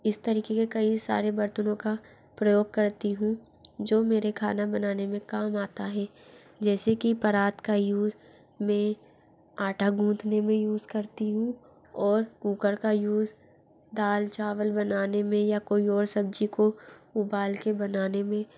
इस तरीक़े के कई सारे बर्तनों का प्रयोग करती हूँ जो मेरे खाना बनाने में काम आता है जैसे कि परात का यूज मैं आटा गूंदने में यूज करती हूँ और कूकर का यूज दाल चावल बनाने में या कोई और सब्ज़ी को उबाल के बनाने में